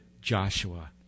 Joshua